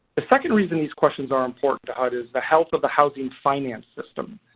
the second reason these questions are important to hud is the health of the housing finance system.